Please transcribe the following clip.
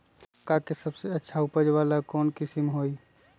मक्का के सबसे अच्छा उपज वाला कौन किस्म होई?